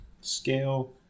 Scale